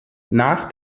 nach